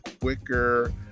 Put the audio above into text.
quicker